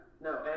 no